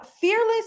Fearless